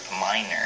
minor